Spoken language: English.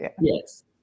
Yes